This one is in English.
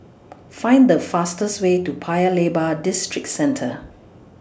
Find The fastest Way to Paya Lebar Districentre